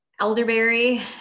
Elderberry